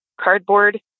cardboard